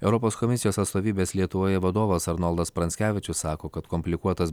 europos komisijos atstovybės lietuvoje vadovas arnoldas pranckevičius sako kad komplikuotas